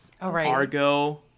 Argo